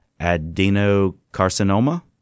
adenocarcinoma